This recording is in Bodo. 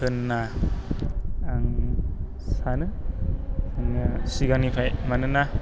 होनना आं सानो मानोना सिगांनिफ्राय मानोना